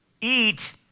eat